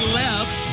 left